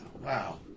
Wow